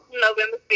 November